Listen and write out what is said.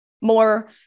more